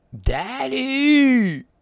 Daddy